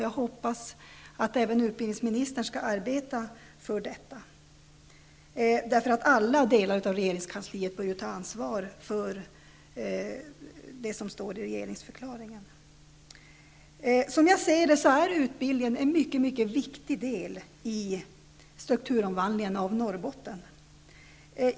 Jag hoppas att även utbildningsministern skall arbeta för detta, därför att alla delar av regeringskansliet bör ta ansvar för det som står i regeringsförklaringen. Som jag ser det är utbildningen en mycket viktig del i strukturomvandlingen i Norrbotten.